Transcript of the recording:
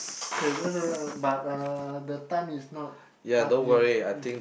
but uh the time is not up yet mm